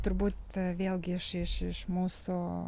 turbūt vėlgi iš iš iš mūsų